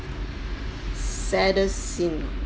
saddest scene